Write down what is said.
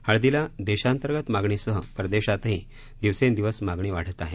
हळदीला देशांतर्गत मागणीसह परदेशातही दिवसेंदिवस मागणी वाढत आहे